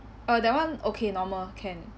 uh that one okay normal can